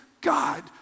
God